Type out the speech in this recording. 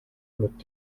mit